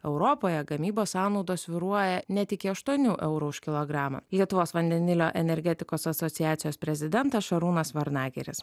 europoje gamybos sąnaudos svyruoja net iki aštuonių eurų už kilogramą lietuvos vandenilio energetikos asociacijos prezidentas šarūnas varnagiris